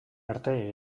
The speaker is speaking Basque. arte